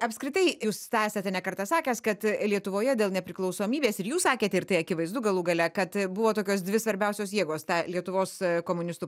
apskritai jūs esate ne kartą sakęs kad lietuvoje dėl nepriklausomybės ir jūs sakėte ir tai akivaizdu galų gale kad buvo tokios dvi svarbiausios jėgos ta lietuvos komunistų